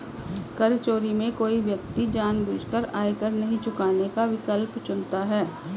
कर चोरी में कोई व्यक्ति जानबूझकर आयकर नहीं चुकाने का विकल्प चुनता है